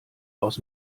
aus